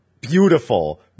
Beautiful